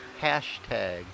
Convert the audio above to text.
Hashtag